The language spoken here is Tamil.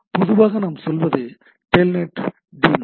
பொதுவாக நாம் சொல்வது டெல்நெட் டி டீமான்